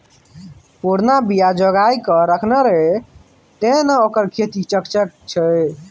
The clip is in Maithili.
पुरना बीया जोगाकए रखने रहय तें न ओकर खेती चकचक छै